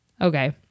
Okay